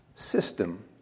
system